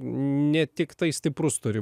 ne tiktai stiprus turi